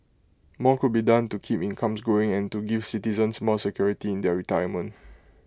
more could be done to keep incomes growing and to give citizens more security in their retirement